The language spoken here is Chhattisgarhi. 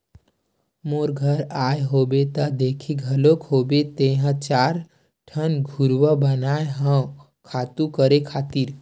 मोर घर आए होबे त देखे घलोक होबे तेंहा चार ठन घुरूवा बनाए हव खातू करे खातिर